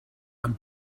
and